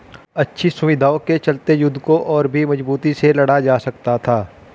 अच्छी सुविधाओं के चलते युद्ध को और भी मजबूती से लड़ा जा सकता था